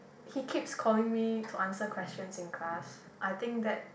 he keeps calling me to answer questions in class I think that